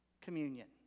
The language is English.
Communion